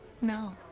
No